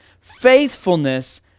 faithfulness